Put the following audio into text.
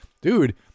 dude